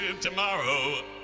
tomorrow